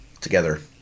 together